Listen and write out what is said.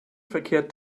verkehrt